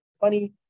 funny